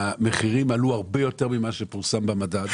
המחירים עלו הרבה יותר ממה שפורסם במדד,